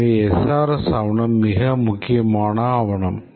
எனவே SRS ஆவணம் மிக முக்கியமான ஆவணம்